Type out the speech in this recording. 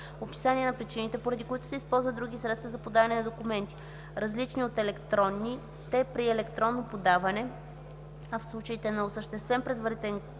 описание на причините, поради които се използват други средства за подаване на документи, различни от електронните при електронното подаване, а в случаите на осъществен предварителен